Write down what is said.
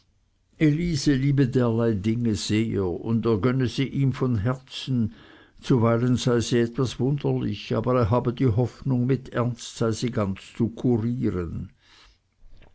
elise liebe derlei dinge sehr und er gönne sie ihm von herzen zuweilen sei sie etwas wunderlich aber er habe die hoffnung mit ernst sei sie ganz zu kurieren